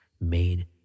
made